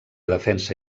defensa